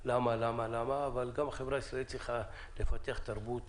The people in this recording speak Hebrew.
אבל גם החברה הישראלית צריכה לפתח תרבות